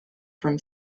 from